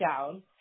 down